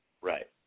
Right